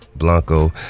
blanco